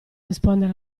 rispondere